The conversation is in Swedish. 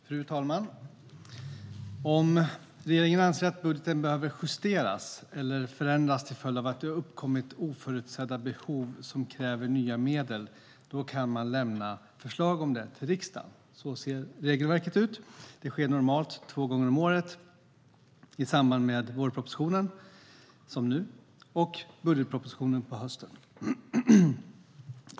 Fru talman! Om regeringen anser att budgeten behöver justeras eller förändras till följd av att det har uppkommit oförutsedda behov som kräver nya medel kan man lämna förslag om det till riksdagen. Så ser regelverket ut. Det sker normalt två gånger om året i samband med vårpropositionen - som nu - och budgetpropositionen på hösten.